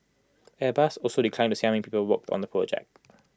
airbus also declined to say how many people work on the project